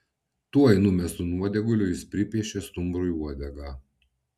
tuoj numestu nuodėguliu jis pripiešė stumbrui uodegą